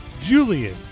Julian